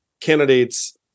candidates